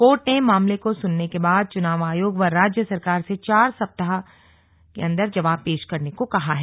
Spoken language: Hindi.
कोर्ट ने मामले को सुनने के बाद चुनाव आयोग व राज्य सरकार से चार सप्ताह जवाब पेश करने को कहा है